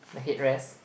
the head rest